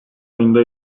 ayında